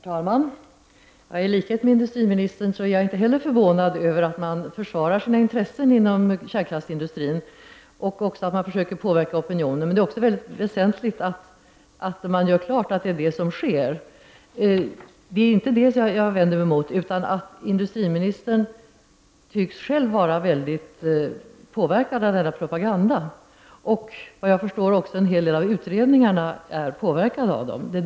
Herr talman! Jag är, i likhet med industriministern, inte förvånad över att man försvarar sina intressen inom kärnkraftsindustrin och att man försöker påverka opinionen. Men det är väsentligt att man gör klart att det är det som sker. Det är inte det som jag vänder mig emot utan mot att industriministern själv tycks vara mycket påverkad av denna propaganda. Såvitt jag förstår är en hel del av utredningarna också påverkade av denna.